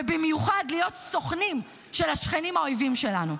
ובמיוחד להיות סוכנים של השכנים האויבים שלנו.